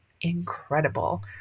incredible